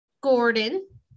gordon